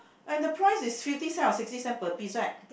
and the price is thirty cents or sixty cents per piece right